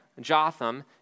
Jotham